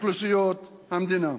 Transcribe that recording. אוכלוסיות המדינה.